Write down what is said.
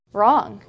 wrong